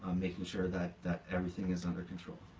making sure that that everything is under control.